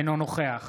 אינו נוכח